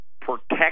Protect